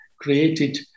created